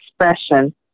expression